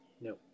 No